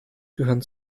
gehören